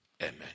amen